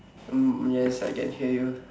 um yes I can hear you